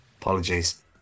Apologies